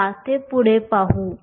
चला ते पुढे पाहू